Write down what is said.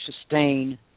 sustain